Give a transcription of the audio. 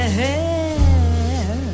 hair